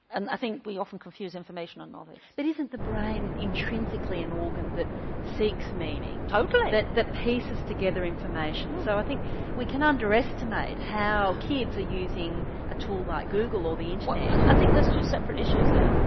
and i think we often confuse information and knowledge. bit isn't the brain intrinsically an organ that seeks meaning? totally. that that pieces together information, so i think we can underestimate how kids are using a tool like google or the internet. i think there are two separate issues there.